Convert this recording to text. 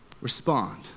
respond